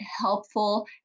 helpful